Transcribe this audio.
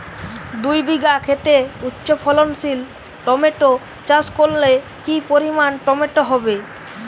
দুই বিঘা খেতে উচ্চফলনশীল টমেটো চাষ করলে কি পরিমাণ টমেটো হবে?